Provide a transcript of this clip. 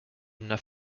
enough